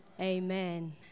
Amen